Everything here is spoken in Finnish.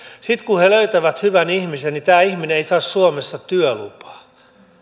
sitten kun he löytävät hyvän ihmisen niin tämä ihminen ei saa suomessa työlupaa